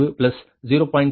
05 மற்றும் உங்கள் j 0